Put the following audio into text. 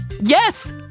Yes